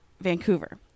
Vancouver